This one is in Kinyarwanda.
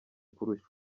kurusha